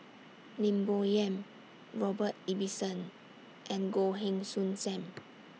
Lim Bo Yam Robert Ibbetson and Goh Heng Soon SAM